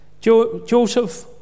Joseph